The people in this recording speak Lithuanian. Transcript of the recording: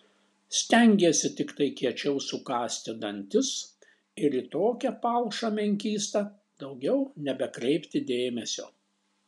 stengiesi tiktai kiečiau sukąsti dantis ir į tokią palšą menkystą daugiau nebekreipti dėmesio